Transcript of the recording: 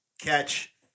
catch